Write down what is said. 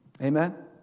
Amen